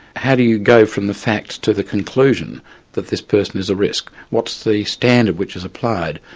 how do you go from the facts to the conclusion that this person is a risk? what's the standard which is applied?